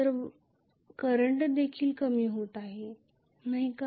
तर वर्तमान देखील कमी होत आहे नाही का